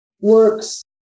works